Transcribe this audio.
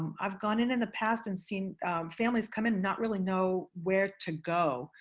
i've gone in in the past and seen families come in not really know where to go.